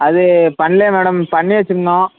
அது பண்ணலையே மேடம் பண்ணி வச்சுருந்தோம்